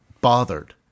bothered